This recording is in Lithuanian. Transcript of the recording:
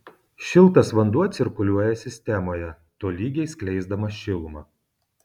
šiltas vanduo cirkuliuoja sistemoje tolygiai skleisdamas šilumą